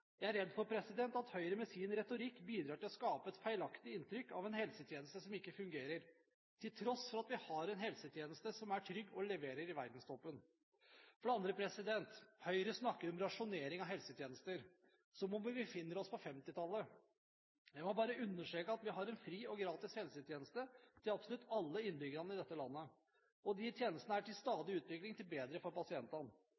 Jeg er redd for at Høyre med sin retorikk bidrar til å skape et feilaktig inntrykk, at helsetjenesten ikke fungerer, til tross for at vi har en helsetjeneste som er trygg og leverer i verdenstoppen. Høyre snakker om rasjonering av helsetjenester som om vi befinner oss på 1950-tallet. Jeg vil bare understreke at vi har en fri og gratis helsetjeneste til absolutt alle innbyggerne i dette landet, og de tjenestene er i stadig utvikling til